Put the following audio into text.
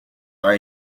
are